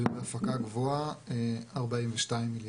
ואם ההפקה גבוהה, 42 מיליארד.